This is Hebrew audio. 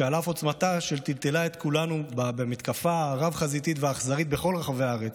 שטלטלה את כולנו במתקפה רב-חזיתית ואכזרית בכל רחבי הארץ,